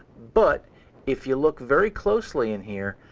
but if you look very closely in here,